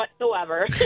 whatsoever